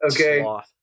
Okay